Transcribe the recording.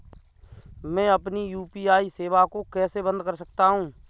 मैं अपनी यू.पी.आई सेवा को कैसे बंद कर सकता हूँ?